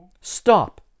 Stop